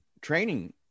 training